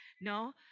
No